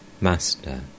Master